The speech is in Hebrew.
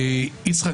יצחק,